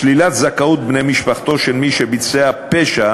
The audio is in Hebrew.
שלילת זכאות בני משפחתו של מי שביצע פשע